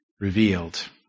revealed